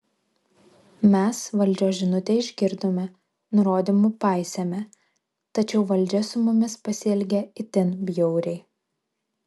mes valdžios žinutę išgirdome nurodymų paisėme tačiau valdžia su mumis pasielgė itin bjauriai